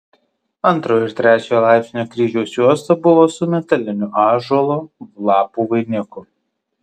antrojo ir trečiojo laipsnio kryžiaus juosta buvo su metaliniu ąžuolo lapų vainiku